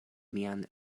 mian